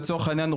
לצורך העניין,